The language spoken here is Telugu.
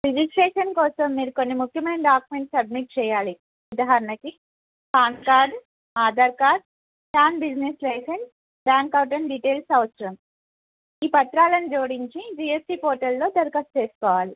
రిజిస్ట్రేషన్ కోసం మీరు కొన్ని ముఖ్యమైన డాక్యుమెంట్స్ సబ్మిట్ చేయాలి ఉదాహరణకి pan card Aadhaar card scanned business licence bank account details అవసరం ఈ పత్రాలను జోడించి జిఎస్టి పోర్టల్లో దరఖస్తు చేసుకోవాలి